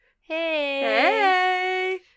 Hey